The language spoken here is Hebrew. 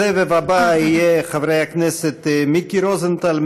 הסבב הבא יהיה של חברי הכנסת מיקי רוזנטל,